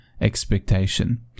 expectation